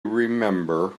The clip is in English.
remember